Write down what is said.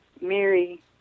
Mary